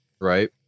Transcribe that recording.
Right